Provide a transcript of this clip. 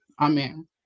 Amen